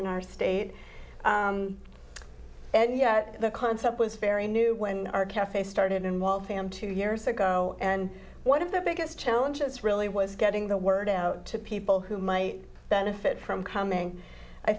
in our state and yeah the concept was very new when our cafe started in wall fan two years ago and one of the biggest challenges really was getting the word out to people who might benefit from coming i